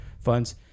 funds